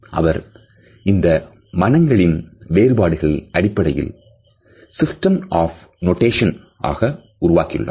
அவர் இந்த மனங்களில் வேறுபாடுகளை அடிப்படையில் சிஸ்டம் ஆப் நோடேஷன் ஆக உருவாக்கியுள்ளார்